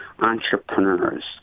entrepreneurs